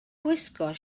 gwisgo